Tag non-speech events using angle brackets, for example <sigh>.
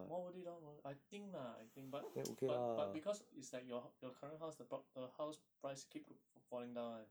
more worth it lor well I think lah I think but <noise> but but because it's like your hou~ your current house the pro~ the house price keep co~ f~ falling down [one]